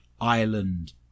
Ireland